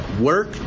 work